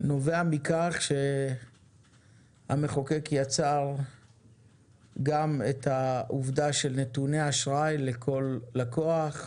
נובע מכך שהמחוקק יצר גם את העובדה שיש נתוני אשראי לכל לקוח,